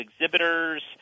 exhibitors